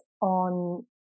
on